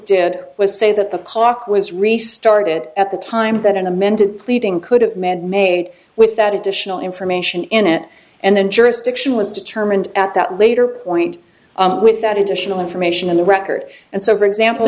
was say that the clock was restarted at the time that an amended pleading could have man made with that additional information in it and then jurisdiction was determined at that later point with that additional information in the record and so for example